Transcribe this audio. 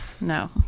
No